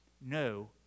no